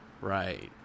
right